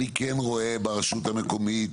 אני כן רואה ברשות המקומית